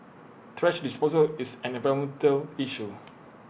thrash disposal is an environmental issue